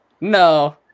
No